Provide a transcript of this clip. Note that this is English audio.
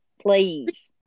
Please